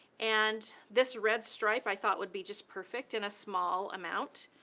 and this red stripe i thought would be just perfect in a small amount,